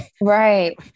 Right